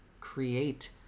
create